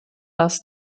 das